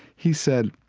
he said,